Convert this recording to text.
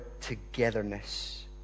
togetherness